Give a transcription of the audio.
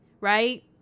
right